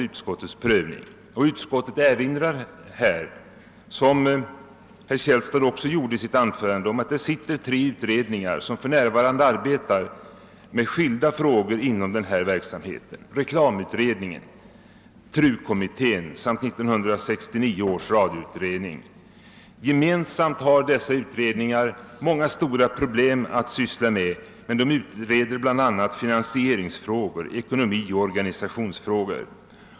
Utskottsmajoriteten erinrar, liksom herr Källstad gjorde i sitt anförande, om att för närvarande tre utredningar arbetar med skilda frågor inom denna verksamhet: reklamutredningen, TRU-kommittén samt 1969 års radioutredning. Gemensamt har dessa utredningar många stora problem att syssla med. De utreder bl.a. finansierings-, ekonomioch organisationsfrågor.